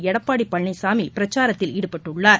எடப்பாடிபழனிசாமிபிரச்சாரத்தில் ஈடுபட்டுள்ளார்